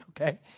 okay